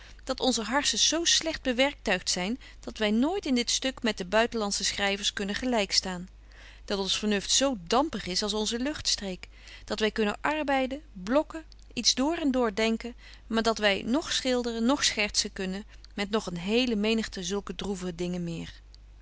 dat onze harsens zo slegt bewerktuigt zyn dat wy nooit in dit stuk met de buitenlandsche schryvers kunnen gelyk staan dat ons vernuft zo betje wolff en aagje deken historie van mejuffrouw sara burgerhart dampig is als onze luchtstreek dat wy kunnen arbeiden blokken iets door en door denken maar dat wy noch schilderen noch schertzen kunnen met nog een hele menigte zulke droeve dingen meer